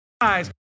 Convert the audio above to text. guys